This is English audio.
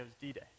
D-Day